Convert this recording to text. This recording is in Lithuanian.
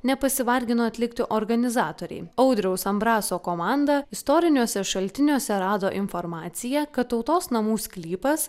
nepasivargino atlikti organizatoriai audriaus ambraso komanda istoriniuose šaltiniuose rado informaciją kad tautos namų sklypas